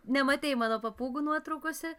nematei mano papūgų nuotraukose